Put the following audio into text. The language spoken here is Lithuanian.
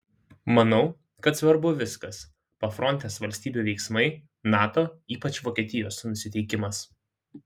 manau kad svarbu viskas pafrontės valstybių veiksmai nato ypač vokietijos nusiteikimas